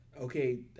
okay